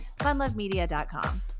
Funlovemedia.com